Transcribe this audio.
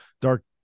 dark